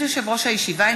ברשות יושב-ראש הישיבה,